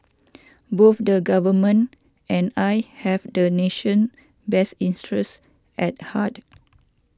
boof the government and I have the nation best interest at heart